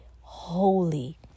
holy